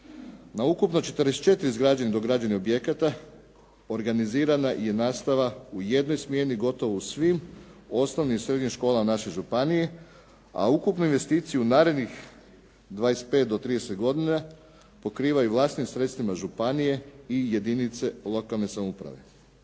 Na ukupno 44 izgrađenih i dograđenih objekata organizirana je nastava u jednoj smjeni gotovo u svim osnovnim i srednjim školama u našoj županiji, a ukupnu investiciju narednih 25 do 30 godina pokriva i vlastitim sredstvima županije i jedinice lokalne samouprave.